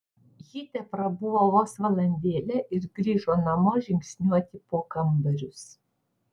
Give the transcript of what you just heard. ji teprabuvo vos valandėlę ir grįžo namo žingsniuoti po kambarius